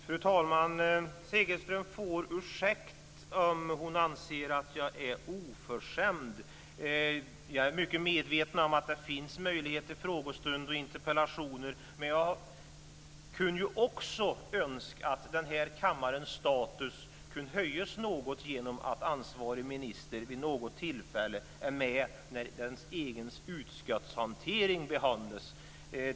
Fru talman! Segelström får ursäkta - hon anser att jag är oförskämd. Jag är mycket medveten om att det finns möjligheter i form av frågestunder och interpellationer, men jag kunde också önska att kammarens status kunde höjas något genom att ansvarig minister vid något tillfälle är med vid utskottsbehandlingen av de egna ärendena.